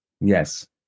Yes